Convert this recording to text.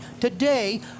today